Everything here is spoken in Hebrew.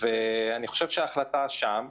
ואני חושב שההחלטה שם.